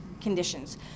conditions